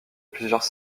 plusieurs